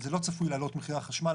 זה לא צפוי להעלות את מחירי החשמל,